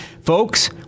folks